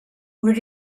where